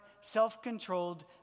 self-controlled